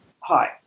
Hi